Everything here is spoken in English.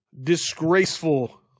disgraceful